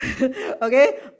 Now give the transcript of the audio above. Okay